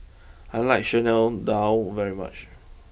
I like Chana Dal very much